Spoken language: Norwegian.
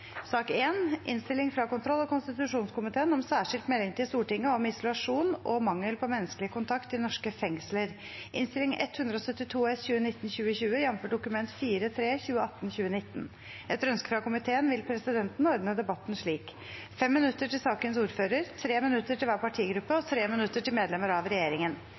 sak nr. 1. Etter ønske fra kontroll- og konstitusjonskomiteen vil presidenten ordne debatten slik: 5 minutter til sakens ordfører, 3 minutter til hver partigruppe og 3 minutter til medlemmer av regjeringen.